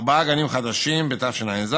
ארבעה גנים חדשים בתשע"ז.